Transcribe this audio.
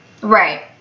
Right